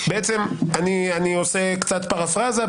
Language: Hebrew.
אני עושה קצת פרפרזה,